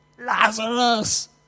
Lazarus